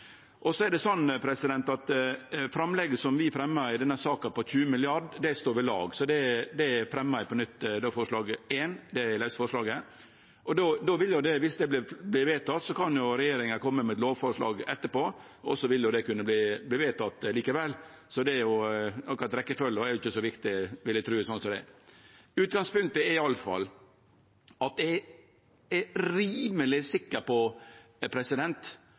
Framlegget vi fremja i denne saka, 20 mrd. kr, står ved lag, så det fremjar eg på nytt. Det er forslag nr.1, det lause forslaget. Viss det vert vedteke, kan jo regjeringa kome med eit lovforslag etterpå, og så vil det kunne verte vedteke likevel. Akkurat rekkefølgja er ikkje så viktig, vil eg tru. Utgangspunktet er i alle fall at eg er rimeleg sikker på